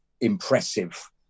impressive